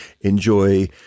enjoy